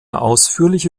ausführliche